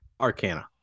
Arcana